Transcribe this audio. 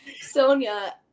Sonia